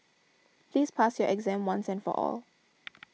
please pass your exam once and for all